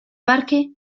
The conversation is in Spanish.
parque